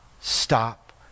stop